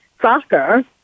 soccer